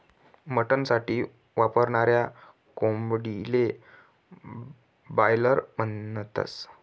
mutton साठी वापरनाऱ्या कोंबडीले बायलर म्हणतस